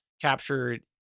captured